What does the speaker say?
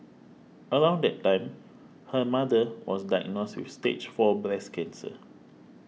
around that time her mother was diagnosed with Stage Four breast cancer